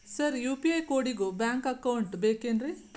Sir UPI ಕೋಡಿಗೂ bank account ಬೇಕೆನ್ರಿ?